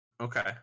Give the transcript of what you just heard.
Okay